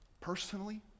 Personally